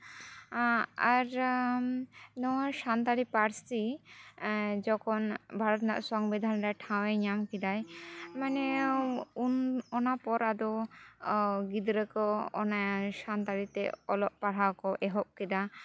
ᱟᱨ ᱱᱚᱣᱟ ᱥᱟᱱᱛᱟᱲᱤ ᱯᱟᱹᱨᱥᱤ ᱡᱚᱠᱷᱚᱱ ᱵᱷᱟᱨᱚᱛ ᱨᱮᱱᱟᱜ ᱥᱚᱝᱵᱤᱫᱷᱟᱱ ᱨᱮ ᱴᱷᱟᱶᱮ ᱧᱟᱢ ᱠᱮᱫᱟ ᱢᱟᱱᱮ ᱩᱱ ᱚᱱᱟᱯᱚᱨ ᱟᱫᱚ ᱜᱤᱫᱽᱨᱟᱹ ᱠᱚ ᱚᱱᱮ ᱥᱟᱱᱛᱟᱲᱤᱛᱮ ᱚᱞᱚᱜ ᱯᱟᱲᱦᱟᱜ ᱠᱚ ᱮᱦᱚᱵ ᱠᱮᱫᱟ